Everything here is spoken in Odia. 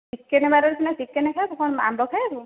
ଚିକେନ୍ ବାରରେ ସିନା ଚିକେନ୍ ଖାଇବୁ କ'ଣ ଆମ୍ବ ଖାଇବୁ